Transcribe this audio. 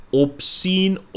obscene